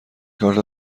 کارت